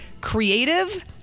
creative